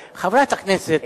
אז אני אגיד לך, חברת הכנסת.